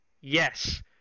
Yes